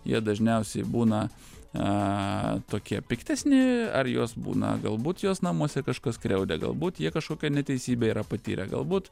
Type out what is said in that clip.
jie dažniausiai būna a tokie piktesni ar juos būna galbūt juos namuose kažkas skriaudė galbūt jie kažkokią neteisybę yra patyrę galbūt